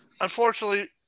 Unfortunately